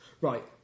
Right